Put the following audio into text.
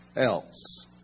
else